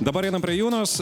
dabar einam prie junos